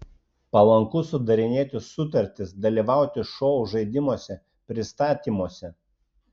palanku sudarinėti sutartis dalyvauti šou žaidimuose pristatymuose